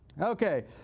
Okay